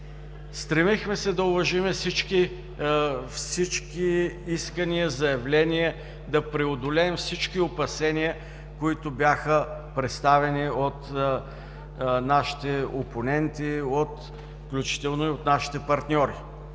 Стремихме се да уважим всички искания, заявления, да преодолеем всички опасения, които бяха представени от нашите опоненти, включително и от нашите партньори.